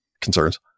concerns